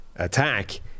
attack